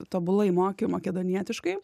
tobulai moki makedonietiškai